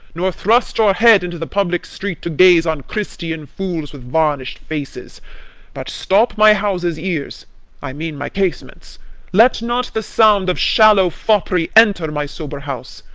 nor thrust your head into the public street to gaze on christian fools with varnish'd faces but stop my house's ears i mean my casements let not the sound of shallow fopp'ry enter my sober house.